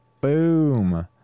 Boom